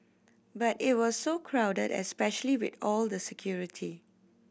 but it was so crowded especially with all the security